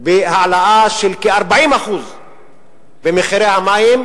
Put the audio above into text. בהעלאה של כ-40% במחירי המים,